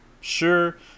Sure